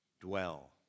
dwell